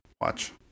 watch